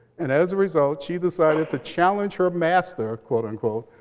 and as a result, she decided to challenge her master, quote, unquote,